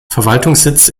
verwaltungssitz